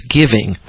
giving